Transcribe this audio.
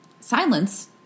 silence